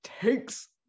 takes